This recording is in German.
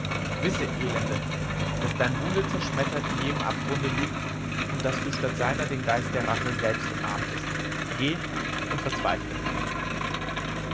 wisse elende daß dein buhle zerschmettert in jenem abgrunde liegt und daß du statt seiner den geist der rache selbst umarmtest geh und verzweifle